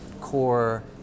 core